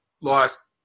lost